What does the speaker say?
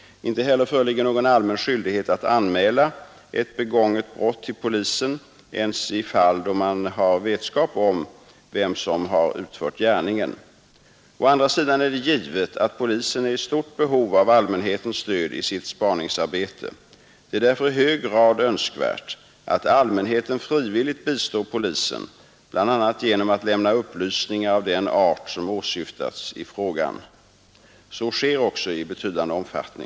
Inte heller föreligger någon allmän skyldighet att anmäla ett begånget brott till polisen ens i fall då man har vetskap om vem som utfört gärningen. Å andra sidan är det givet att polisen är i stort behov av allmänhetens stöd i sitt spaningsarbete. Det är därför i hög grad önskvärt att allmänheten frivilligt bis ningar av den art som åsyftas i frågan. Så sker också i betydande omfattning.